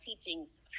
teachings